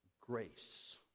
Grace